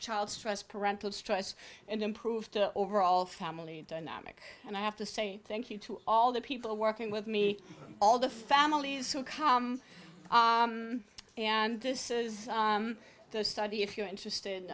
child stress parental stress and improve the overall family dynamic and i have to say thank you to all the people working with me all the families who come and this is the study if you're interested